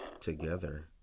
together